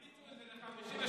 הקפיצו את זה ל-53,